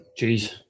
Jeez